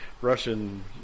Russian